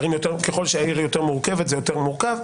ככל שהעיר יותר מורכבת זה יותר מורכב.